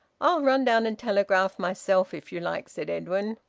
i'll run down and telegraph myself, if you like, said edwin.